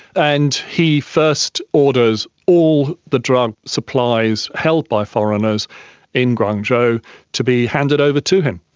and he first orders all the drug supplies held by foreigners in guangzhou to be handed over to him.